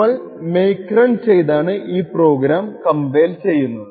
നമ്മൾ make run ചെയ്താണ് ഈ പ്രോഗ്രാം കംപൈൽ ചെയ്യുന്നത്